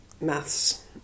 maths